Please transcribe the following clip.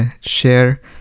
share